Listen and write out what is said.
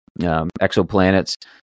exoplanets